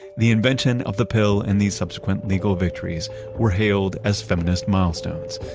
the invention of the pill and the subsequent legal victories were hailed as feminist milestones,